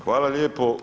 Hvala lijepo.